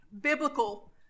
Biblical